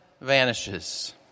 vanishes